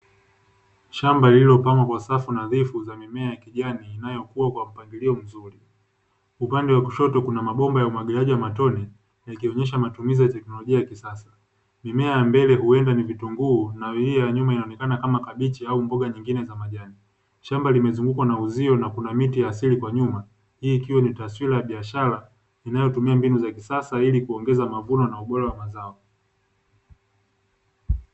Shamba lililopangwa kwa safu nadhifu za mimea ya kijani inayokuwa kwa mpangilio mzuri, upande wa kushoto kuna mabomba ya umwagiliaji wa matone yakionyesha matumizi ya teknolojia ya kisasa, mimea ya mbele huenda ni vitunguu na yeye ya nyuma inaonekana kama kabichi au mboga nyingine za majani, shamba limezungukwa na uzio na kuna miti ya asili kwa nyuma hii ikiwa ni taswira ya biashara inayotumia mbinu za kisasa ili kuongeza mavuno na ubora wa mazao.